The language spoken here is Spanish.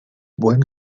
buen